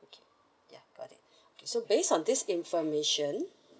okay ya got it okay so based on this information